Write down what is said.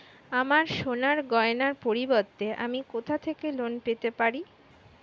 আমার সোনার গয়নার পরিবর্তে আমি কোথা থেকে লোন পেতে পারি?